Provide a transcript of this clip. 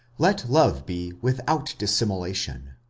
let love be without dissimulation.